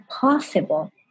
possible